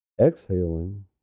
Exhaling